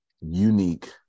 unique